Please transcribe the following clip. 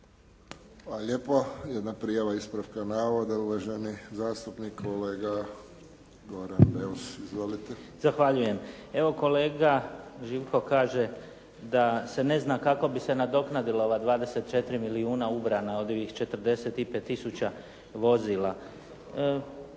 Hvala lijepo. Jedna prijava ispravka navoda, uvaženi zastupnik kolega Goran Beus. Izvolite. **Beus Richembergh, Goran (HNS)** Evo kolega Živko kaže da se ne zna kako bi se nadoknadila ova 24 milijuna ubrana od ovih 45 tisuća vozila.